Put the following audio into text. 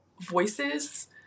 voices